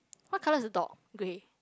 what colour is the dog grey